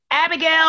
abigail